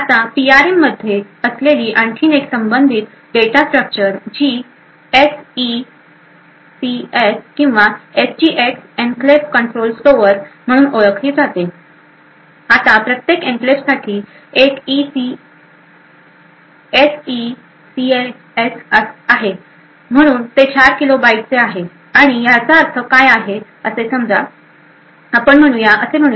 आता पीआरएममध्ये असलेली आणखी एक संबंधित डेटा स्ट्रक्चर जी एसईसीएस किंवा एसजीएक्स एन्क्लेव्ह कंट्रोल स्टोअर म्हणून ओळखली जाते आता प्रत्येक एन्क्लेव्हसाठी एक एसईसीएस आहे म्हणून ते 4 किलो बाइटचे आहे आणि याचा अर्थ काय आहे असे समजा आपण असे म्हणूया